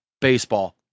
baseball